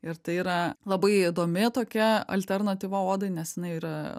ir tai yra labai įdomi tokia alternatyva odai nes jinai yra